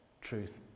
truth